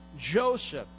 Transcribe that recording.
Joseph